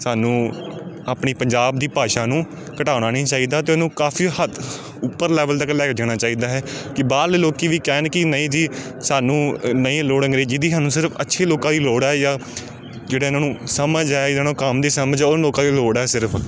ਸਾਨੂੰ ਆਪਣੀ ਪੰਜਾਬ ਦੀ ਭਾਸ਼ਾ ਨੂੰ ਘਟਾਉਣਾ ਨਹੀਂ ਚਾਹੀਦਾ ਅਤੇ ਉਹਨੂੰ ਕਾਫੀ ਹੱਦ ਉੱਪਰ ਲੈਵਲ ਤੱਕ ਲੈ ਕੇ ਜਾਣਾ ਚਾਹੀਦਾ ਹੈ ਕਿ ਬਾਹਰਲੇ ਲੋਕ ਵੀ ਕਹਿਣ ਕਿ ਨਹੀਂ ਜੀ ਸਾਨੂੰ ਨਹੀਂ ਲੋੜ ਅੰਗਰੇਜ਼ੀ ਦੀ ਸਾਨੂੰ ਸਿਰਫ ਅੱਛੀ ਲੋਕਾਂ ਦੀ ਲੋੜ ਆ ਜਾਂ ਜਿਹੜਾ ਇਹਨਾਂ ਨੂੰ ਸਮਝ ਆ ਇਹਨਾਂ ਨੂੰ ਕੰਮ ਦੀ ਸਮਝ ਆ ਉਹ ਲੋਕਾਂ ਦੀ ਲੋੜ ਹੈ ਸਿਰਫ